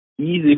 easy